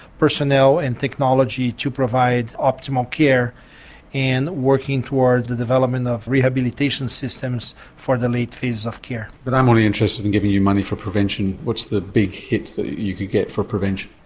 personnel and technology to provide optimal care and working toward the development of rehabilitation systems for the late phases of care. but i'm only interested in giving you money for prevention, what's the big hit that you could get for prevention?